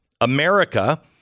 America